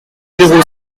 zéro